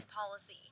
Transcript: policy